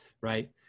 right